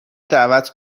دعوت